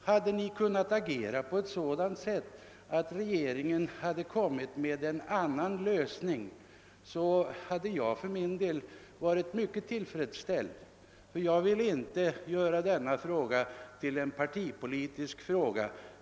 Om ni hade agerat på sådant sätt att regeringen hade kommit med en annan lösning, hade jag för min del varit tillfredsställd, eftersom jag inte vill göra denna fråga till partipolitisk.